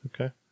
Okay